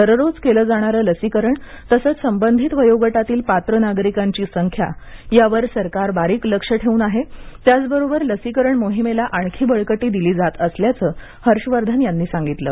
दररोज केलं जाणारं लसीकरण तसंच संबंधित वयोगटातील पात्र नागरिकांची संख्या यावर सरकार बारीक लक्ष ठेवून आहे त्याचबरोबर लसीकरण मोहिमेला आणखी बळकटी दिली जात असल्याचं हर्ष वर्धन यांनी सांगितलं